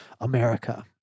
America